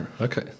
Okay